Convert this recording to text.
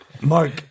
Mark